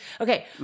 Okay